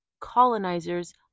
colonizers